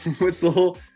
Whistle